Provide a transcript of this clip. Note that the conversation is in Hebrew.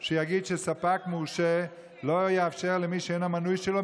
שיגיד שספק מורשה לא יאפשר למי שאינו מנוי שלו,